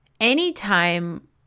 anytime